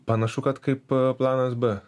panašu kad kaip planas b